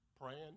praying